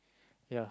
yeah